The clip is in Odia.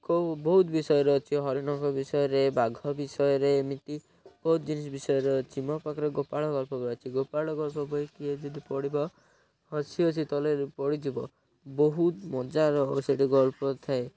କେଉଁ ବହୁତ ବିଷୟରେ ଅଛି ହରିଣଙ୍କ ବିଷୟରେ ବାଘ ବିଷୟରେ ଏମିତି ବହୁତ ଜିନିଷ ବିଷୟରେ ଅଛି ମୋ ପାଖରେ ଗୋପାଳ ଗଳ୍ପ ବହି ଅଛି ଗୋପାଳ ଗଳ୍ପ ବହି କିଏ ଯଦି ପଢିବ ହସି ହସି ତଲେ ପଡ଼ିଯିବ ବହୁତ ମଜାର ସେଇଠି ଗଳ୍ପ ଥାଏ